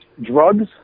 Drugs